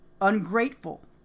ungrateful